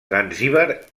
zanzíbar